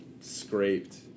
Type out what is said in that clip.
scraped